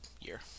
year